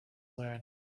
learn